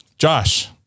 Josh